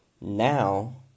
Now